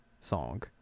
song